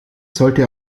sollte